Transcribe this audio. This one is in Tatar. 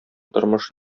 тормыш